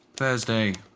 thursday,